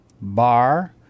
Bar